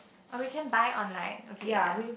or we can buy online okay ya